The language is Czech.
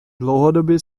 dlouhodobě